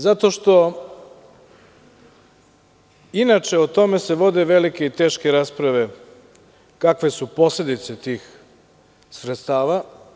Zato što, inače o tome se vode velike i teške rasprave, kakve su posledice tih sredstava.